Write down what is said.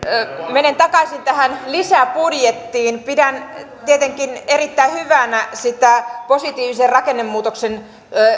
menen takaisin tähän lisäbudjettiin pidän tietenkin erittäin hyvänä sitä positiivisen rakennemuutoksen